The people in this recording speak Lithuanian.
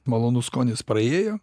malonus skonis praėjo